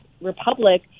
republic